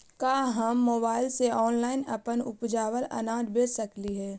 का हम मोबाईल से ऑनलाइन अपन उपजावल अनाज बेच सकली हे?